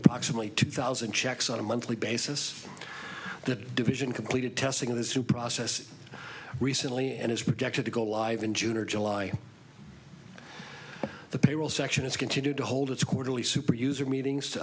approximately two thousand checks on a monthly basis the division completed testing this new process recently and is projected to go live in june or july the payroll section is continued to hold its quarterly superuser meetings to